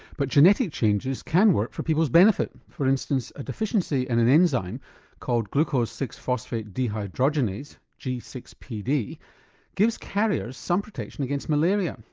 but genetic changes can work for people's benefit. for instance a deficiency in and an enzyme called glucose six phosphate dehydrogenase g six p d gives carriers some protection against malaria.